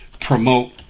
promote